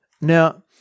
Now